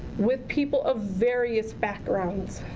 with people of various backgrounds.